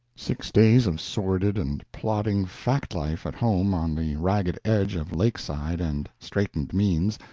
six days of sordid and plodding fact life at home on the ragged edge of lakeside and straitened means,